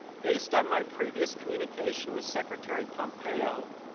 based on my previous communication with secretary pompeo,